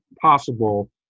possible